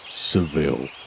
Seville